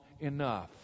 enough